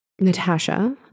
Natasha